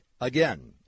Again